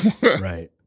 Right